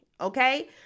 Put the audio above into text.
okay